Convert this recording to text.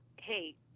hey